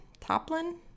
Toplin